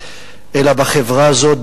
אלא בחברה הזאת,